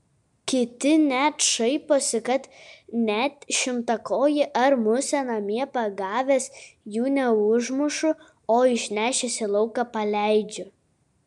kiti net šaiposi kad net šimtakojį ar musę namie pagavęs jų neužmušu o išnešęs į lauką paleidžiu